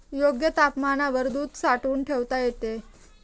योग्य तापमानावर दूध साठवून ठेवता येते